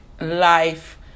Life